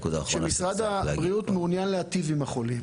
שמשרד הבריאות מעוניין להיטיב עם החולים.